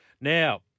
Now